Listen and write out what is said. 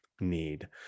need